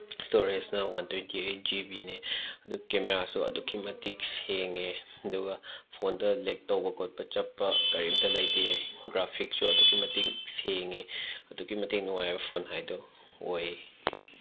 ꯁ꯭ꯇꯣꯔꯦꯖꯅ one twenty eight ꯖꯤꯕꯤꯅꯦ ꯑꯗꯨ ꯀꯦꯃꯦꯔꯥꯁꯨ ꯑꯗꯨꯛꯀꯤ ꯃꯇꯤꯛ ꯁꯦꯡꯉꯦ ꯑꯗꯨꯒ ꯐꯣꯟꯗ ꯂꯦꯒ ꯇꯧꯕ ꯈꯣꯠꯄ ꯆꯞꯄ ꯀꯔꯤꯝꯇ ꯂꯩꯇꯦ ꯒ꯭ꯔꯥꯐꯤꯛꯁꯨ ꯑꯗꯨꯛꯀꯤ ꯃꯇꯤꯛ ꯁꯦꯡꯏ ꯑꯗꯨꯛꯀꯤ ꯃꯇꯤꯛ ꯅꯨꯡꯉꯥꯏꯕ ꯐꯣꯟ ꯍꯥꯏꯗꯣ ꯑꯣꯏ